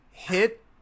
hit